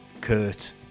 Kurt